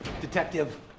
detective